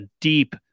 deep